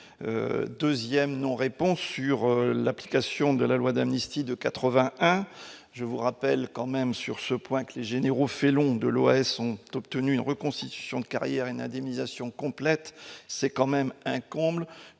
2ème non répond sur l'application de la loi d'amnistie de 81 je vous rappelle quand même sur ce point que les généraux félons de l'OS ont obtenu une reconstitution de carrière une indemnisation complète, c'est quand même un comble